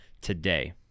today